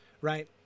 right